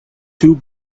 two